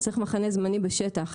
צריך מחנה זמני בשטח.